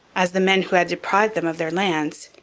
as the men who had deprived them of their lands,